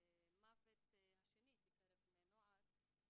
המוות השני בקרב בני נוער.